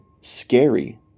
scary